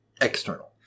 external